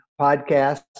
podcast